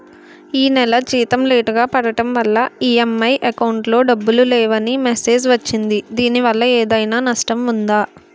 ఈ నెల జీతం లేటుగా పడటం వల్ల ఇ.ఎం.ఐ అకౌంట్ లో డబ్బులు లేవని మెసేజ్ వచ్చిందిదీనివల్ల ఏదైనా నష్టం ఉందా?